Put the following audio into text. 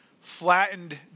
flattened